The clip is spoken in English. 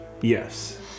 Yes